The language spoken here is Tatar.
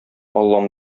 аллам